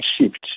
shift